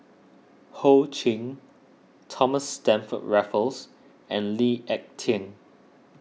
Ho Ching Thomas Stamford Raffles and Lee Ek Tieng